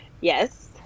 Yes